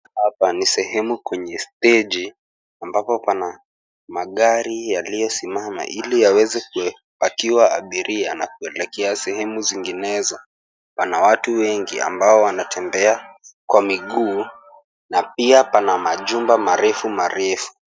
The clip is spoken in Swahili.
Hapa ni sehemu kwenye steji ambapo pana magari yaliyosimama ili awezekupakiwa abiria na kuelekea sehemu zinginezo. Pana watu wengi ambao wanatembea kwa miguu na pia pana majumba marefu marefu.